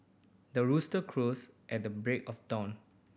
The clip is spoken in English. the rooster crows at the break of dawn